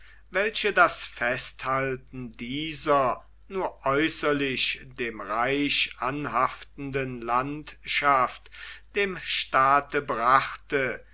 welche das festhalten dieser nur äußerlich dem reich anhaftenden landschaft dem staate brachte